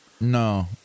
No